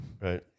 Right